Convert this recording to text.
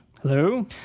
Hello